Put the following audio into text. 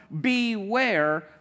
beware